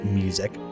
music